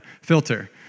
filter